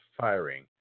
firing